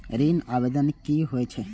ऋण आवेदन की होय छै?